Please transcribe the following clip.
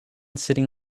sitting